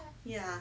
ya